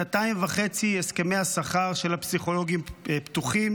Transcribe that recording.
שנתיים וחצי הסכמי השכר של הפסיכולוגים פתוחים.